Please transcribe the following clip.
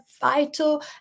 vital